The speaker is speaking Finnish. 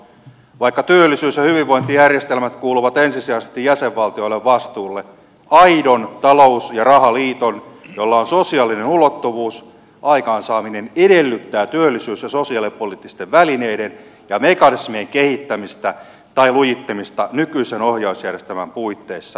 vaikka työllisyys ja hyvinvointijärjestelmät kuuluvat ensisijaisesti jäsenvaltioiden vastuulle aidon talous ja rahaliiton jolla on sosiaalinen ulottuvuus aikaansaaminen edellyttää työllisyys ja sosiaalipoliittisten välineiden ja mekanismien kehittämistä tai lujittamista nykyisen ohjausjärjestelmän puitteissa